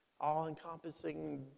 all-encompassing